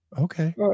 Okay